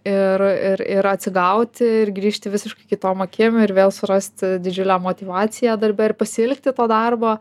ir ir ir atsigauti ir grįžti visiškai kitom akim ir vėl surasti didžiulę motyvaciją darbe ir pasiilgti to darbo